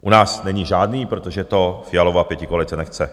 U nás není žádný, protože to Fialova pětikoalice nechce.